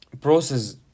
process